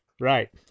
Right